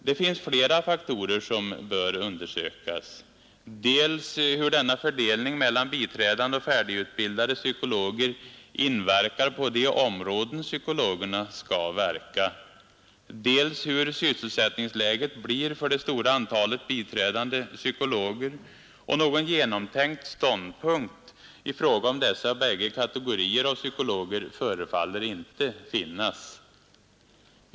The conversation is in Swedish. Det finns flera faktorer som bör undersökas, dels hur denna fördelning mellan biträdande och färdigutbildade psykologer inverkar på de områden där psykologerna skall verka, dels hur sysselsättningsläget blir för det stora antalet biträdande psykologer. Någon genomtänkt ståndpunkt i fråga om dessa bägge kategorier av psykologer förefaller inte finnas.